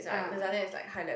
ah